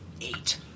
eight